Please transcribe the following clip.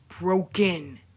broken